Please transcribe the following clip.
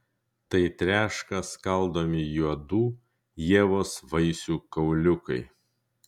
tai treška skaldomi juodų ievos vaisių kauliukai